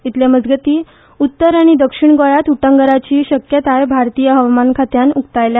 इतले मजगतीं उत्तर आनी दक्षीण गोंयांत उटंगारांची शक्यताय भारतीय हवामान खात्यान उकतायल्या